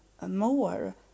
more